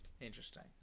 Interesting